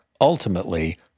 ultimately